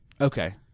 Okay